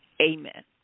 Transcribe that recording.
amen